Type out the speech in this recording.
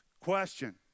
Question